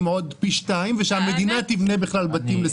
פי שתיים ושהמדינה תבנה בתים לשכירות.